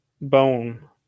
bone